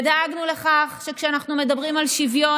דאגנו לכך שכשאנחנו מדברים על שוויון,